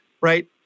right